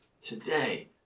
Today